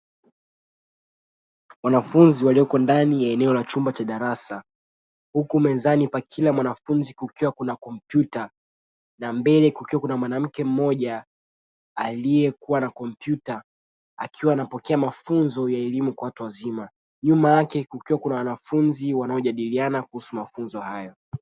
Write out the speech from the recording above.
Wanafunzi walioko ndani ya eneo la chumba cha darasa. Huku mezani kwa kila mwanafunzi kukiwa kuna kompyuta na mbele kukiwa kuna mwanamke mmoja aliyekuwa na kompyuta akiwa anapokea mafunzo ya elimu kwa watu wazima. Nyuma yake kukiwa kuna wanafunzi wanaojadiliana kuhusu mafunzo hayo.